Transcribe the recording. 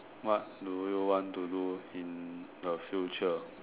what do you want to do in the future